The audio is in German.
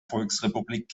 volksrepublik